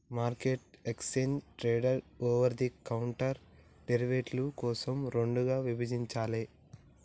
మార్కెట్ను exchange traded, over the counter డెరివేటివ్ల కోసం రెండుగా విభజించాలే